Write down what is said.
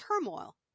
turmoil